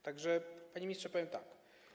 Tak że, panie ministrze, powiem tak.